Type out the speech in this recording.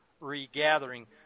regathering